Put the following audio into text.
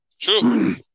True